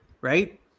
right